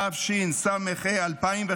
תשס"ה 2005,